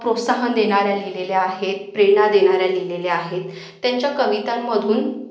प्रोत्साहन देणाऱ्या लिहिलेल्या आहेत प्रेरणा देणाऱ्या लिहिलेल्या आहेत त्यांच्या कवितांमधून